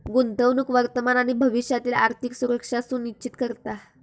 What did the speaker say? गुंतवणूक वर्तमान आणि भविष्यातील आर्थिक सुरक्षा सुनिश्चित करता